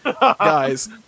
guys